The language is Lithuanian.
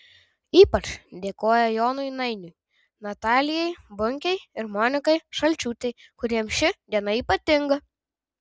ypač dėkoja jonui nainiui natalijai bunkei ir monikai šalčiūtei kuriems ši diena ypatinga